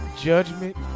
judgment